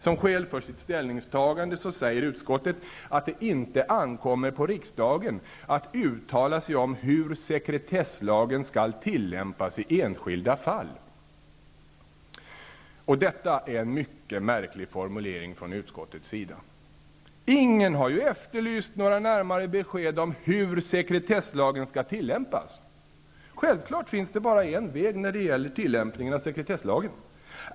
Som skäl för sitt ställningstagande säger utskottet att det inte ankommer på riksdagen att uttala sig om hur sekretesslagen skall tillämpas i enskilda fall. Detta är en mycket märklig formulering från utskottets sida. Ingen har ju efterlyst närmare besked om hur sekretesslagen skall tillämpas. Självfallet finns det bara en väg när det gäller tillämpningen av sekretesslagen.